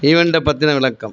ஈவண்ட்டை பற்றின விளக்கம்